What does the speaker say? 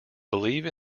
believe